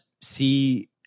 see –